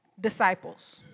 disciples